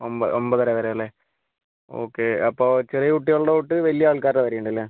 ഒമ്പ ഒൻപതര വരെ അല്ലേ ഓക്കേ അപ്പോൾ ചെറിയ കുട്ടികളുടെ തൊട്ട് വലിയ ആള്ക്കാരുടെ വരെയുണ്ടല്ലേ